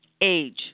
age